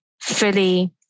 fully